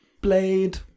Blade